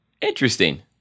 Interesting